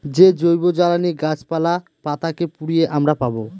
যে জৈবজ্বালানী গাছপালা, পাতা কে পুড়িয়ে আমরা পাবো